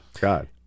God